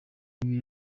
ibi